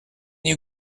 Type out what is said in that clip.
you